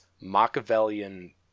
machiavellian